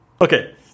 Okay